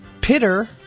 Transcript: Pitter